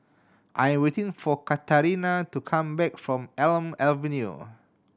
I am waiting for Katarina to come back from Elm Avenue